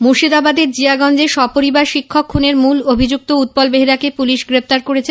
মুর্শিদাবাদের জিয়াগঞ্জে সপরিবার শিক্ষক খুনের মূল অভিযুক্ত উৎপল বেহেরাকে পুলিশ গ্রেফতার করেছে